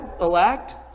Elect